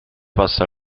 passa